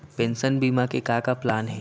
Pension बीमा के का का प्लान हे?